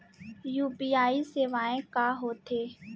UPI सेवाएं का होथे?